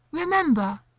remember,